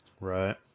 Right